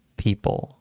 people